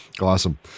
Awesome